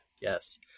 Yes